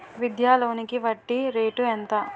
విద్యా లోనికి వడ్డీ రేటు ఎంత?